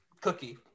Cookie